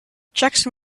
jackson